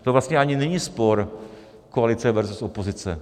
To vlastně ani není spor koalice versus opozice.